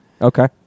Okay